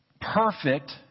perfect